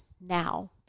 now